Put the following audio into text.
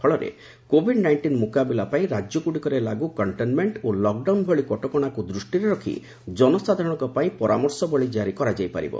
ଫଳରେ Covid nineteen ମୁକାବିଲା ପାଇଁ ରାଜ୍ୟଗୁଡ଼ିକରେ ଲାଗୁ କଣ୍ଟେନ୍ମେଣ୍ଟ ଓ ଲକ୍ଡାଉନ୍ ଭଳି କଟକଶାକୁ ଦୃଷ୍ଟିରେ ରଖି ଜନସାଧାରଣଙ୍କ ପାଇଁ ପରାମର୍ଶବଳୀ ଜାରି କରାଯାଇ ପାରିବ